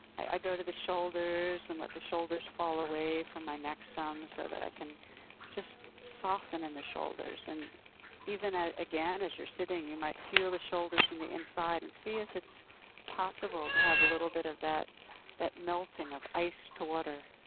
i go to the shoulders and let the shoulder fall away from my neck some so that i can just soften in and the shoulders. and even, ah again, as you're sitting, you might feel the shoulders from the inside and see if it's possible to have a little bit of that that melting of ice to water.